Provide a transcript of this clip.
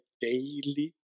daily